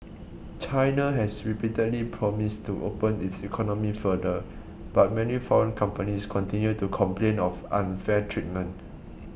china has repeatedly promised to open its economy further but many foreign companies continue to complain of unfair treatment